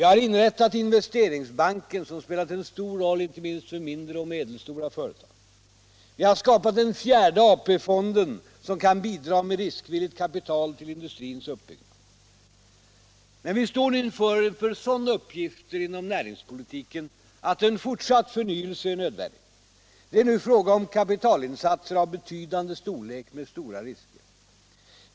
Vi har inrättat Investeringsbanken, som spelat en stor roll inte minst för mindre och medelstora företag. Vi har skapat den fjärde AP-fonden, som kan bidra med riskvilligt kapital till industrins utbyggnad. Men vi står nu inför sådana uppgifter inom näringspolitiken att en fortsatt förnyelse är nödvändig. Det är nu fråga om kapitalinsatser av betydande storlek och med stora risker.